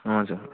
हजुर